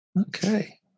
Okay